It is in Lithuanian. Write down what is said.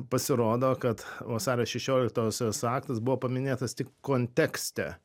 pasirodo kad vasario šešioliktosios aktas buvo paminėtas tik kontekste